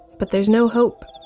but there's no hope,